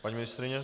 Paní ministryně?